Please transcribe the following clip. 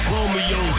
Romeo